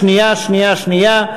שנייה, שנייה.